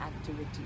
activity